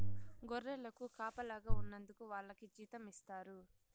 గొర్రెలకు కాపలాగా ఉన్నందుకు వాళ్లకి జీతం ఇస్తారు